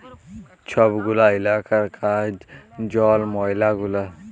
ছব গুলা ইলাকার কাজ জল, ময়লা গুলার